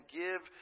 give